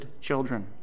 children